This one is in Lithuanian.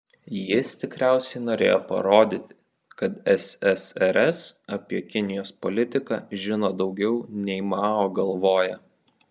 jis tikriausiai norėjo parodyti kad ssrs apie kinijos politiką žino daugiau nei mao galvoja